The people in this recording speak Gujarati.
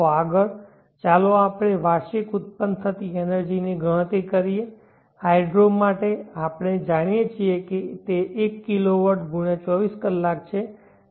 તો આગળ ચાલો આપણે વાર્ષિક ઉત્પન્ન થતી એનર્જી ની ગણતરી કરીએ હાઈડ્રો માટે આપણે જાણીએ છીએ કે તે 1 kW ગુણ્યાં 24 કલાક છે